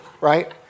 right